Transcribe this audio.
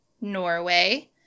Norway